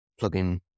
plugin